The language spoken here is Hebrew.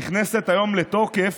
נכנסת היום לתוקף.